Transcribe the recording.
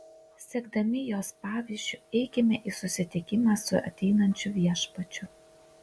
sekdami jos pavyzdžiu eikime į susitikimą su ateinančiu viešpačiu